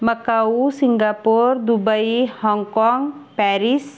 Macau Singapore Dubai Hong Kong Paris